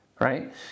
right